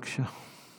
בבקשה.